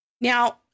Now